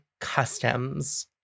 customs